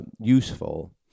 useful